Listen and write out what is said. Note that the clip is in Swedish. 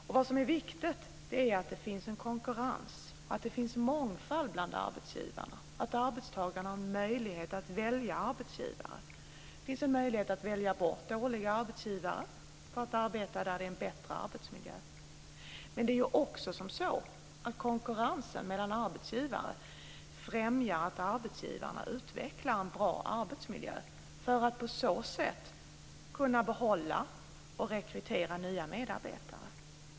Det som är viktigt är att det finns en konkurrens, att det finns mångfald bland arbetsgivarna, att arbetstagarna har möjlighet att välja arbetsgivare, att det finns en möjlighet att välja bort dåliga arbetsgivare för att arbeta där det är en bättre arbetsmiljö. Men det är också som så att konkurrensen mellan arbetsgivare främjar att arbetsgivarna utvecklar en bra arbetsmiljö för att på så sätt kunna behålla och rekrytera nya medarbetare.